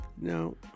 No